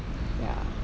ya